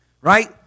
Right